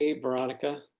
ah veronica.